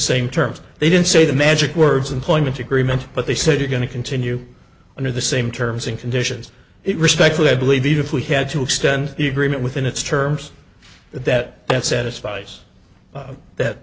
same terms they didn't say the magic words employment agreement but they said you're going to continue under the same terms and conditions it respectfully i believe if we had to extend the agreement within its terms but that that satisfies that